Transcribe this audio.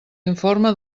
informe